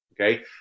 okay